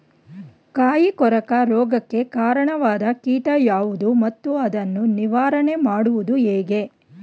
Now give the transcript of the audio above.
ಕಾಯಿ ಕೊರಕ ರೋಗಕ್ಕೆ ಕಾರಣವಾದ ಕೀಟ ಯಾವುದು ಮತ್ತು ಅದನ್ನು ನಿವಾರಣೆ ಮಾಡುವುದು ಹೇಗೆ?